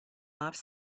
off